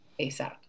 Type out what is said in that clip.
ASAP